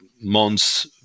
months